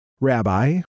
Rabbi